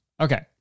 Okay